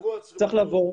צריך לבוא,